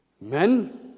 Men